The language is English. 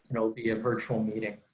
you know be a virtual meeting.